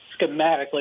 schematically